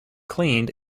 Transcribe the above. cleaned